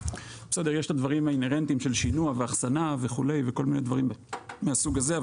בסדר יש את הדברים האינהרנטיים של שינוע ואחסנה וכו' ודברים מהסוג הזה,